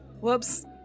whoops